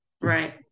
Right